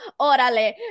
Orale